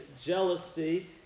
jealousy